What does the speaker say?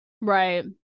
Right